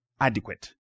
adequate